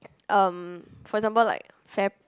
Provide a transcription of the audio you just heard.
um for example like fair